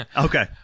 Okay